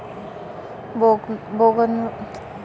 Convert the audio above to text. बोगनवेल हायी येक झुडुप वनस्पती शे